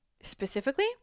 specifically